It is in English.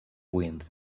wind